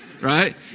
right